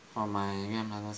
from my grandmother's house